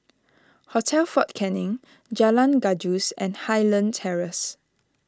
Hotel fort Canning Jalan Gajus and Highland Terrace